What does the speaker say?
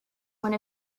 one